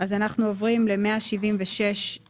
אנחנו עוברים ל-1760(3).